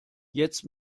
jetzt